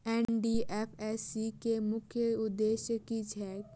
NDFSC केँ मुख्य उद्देश्य की छैक?